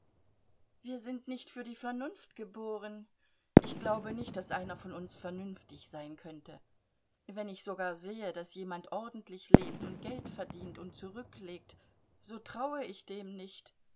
wir sind nicht für die vernunft geboren ich glaube nicht daß einer von uns vernünftig sein könnte wenn ich sogar sehe daß jemand ordentlich lebt und geld verdient und zurücklegt so traue ich dem nicht